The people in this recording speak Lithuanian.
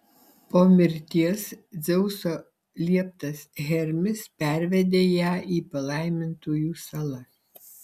po mirties dzeuso lieptas hermis pervedė ją į palaimintųjų salas